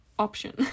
Option